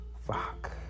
Fuck